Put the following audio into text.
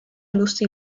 lucy